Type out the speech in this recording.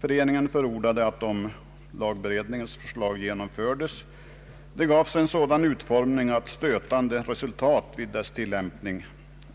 Föreningen förordade att, om lagberedningens förslag genomfördes, det gavs en sådan utformning att stötande resultat vid dess tillämpning